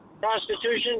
Prostitution